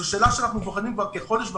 זו שאלה שאנחנו בוחנים כבר כחודש וחצי,